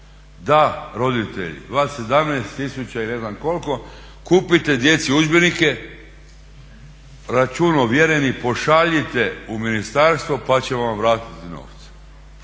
vas 17 000 i ne znam koliko kupite djeci udžbenike, račun ovjeren i pošaljite u ministarstvo pa ćemo vam vratiti novce